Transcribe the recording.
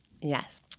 Yes